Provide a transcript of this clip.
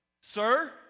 Sir